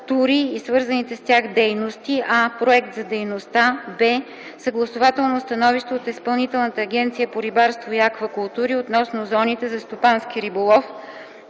а) проект за дейността;